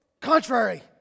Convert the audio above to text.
contrary